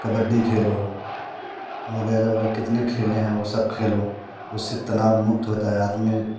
कबड्डी खेलो वगैरह वगैरह कितने खेलें हैं वो सब खेलो उससे तनाव मुक्त होता है आदमी